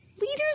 Leaders